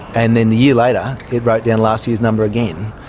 and then a year later it wrote down last year's number again.